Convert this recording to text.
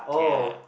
kia